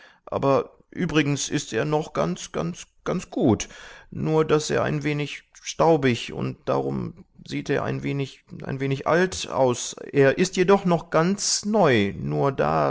aber übrigens ist er noch ganz gut nur daß er ein wenig staubig und darum sieht er ein wenig alt aus er ist jedoch noch ganz neu nur da